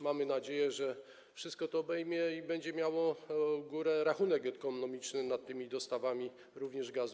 Mamy nadzieję, że wszystko to obejmie i będzie miało górę... rachunek ekonomiczny nad tymi dostawami również gazu.